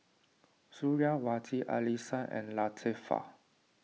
Suriawati Alyssa and Latifa